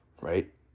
right